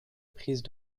prise